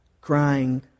crying